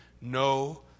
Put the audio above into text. no